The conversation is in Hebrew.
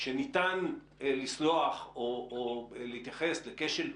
שניתן לסלוח או להתייחס לכשל פיקודי,